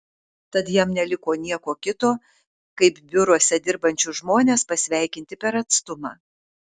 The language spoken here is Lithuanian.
tad jam neliko nieko kito kaip biuruose dirbančius žmones pasveikinti per atstumą